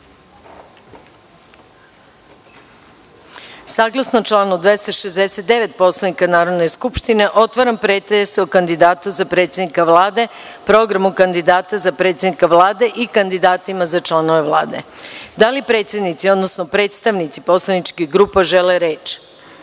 obliku. Saglasno članu 269. Poslovnika Narodne skupštine, otvaram pretres o kandidatu za predsednika Vlade, Programu kandidata za predsednika Vlade i kandidatima za članove Vlade. Da li predsednici, odnosno predstavnici poslaničkih grupa žele